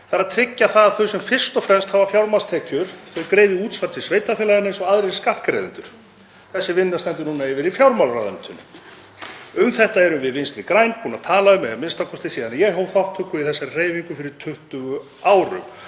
þ.e. að tryggja það að þau sem fyrst og fremst hafa fjármagnstekjur greiði útsvar til sveitarfélaganna eins og aðrir skattgreiðendur. Þessi vinna stendur nú yfir í fjármálaráðuneytinu. Um þetta erum við Vinstri græn búin að tala að minnsta kosti síðan ég hóf þátttöku í þessari hreyfingu fyrir 20 árum